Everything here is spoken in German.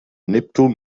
neptun